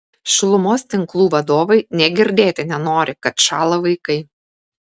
šilumos tinklų vadovai nė girdėti nenori kad šąla vaikai